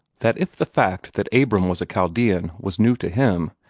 that if the fact that abram was a chaldean was new to him,